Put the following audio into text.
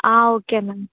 okay ma'am